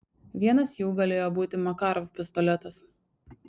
vienas jų galėjo būti makarov pistoletas